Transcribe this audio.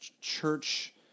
church